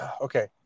okay